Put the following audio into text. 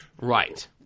Right